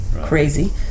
Crazy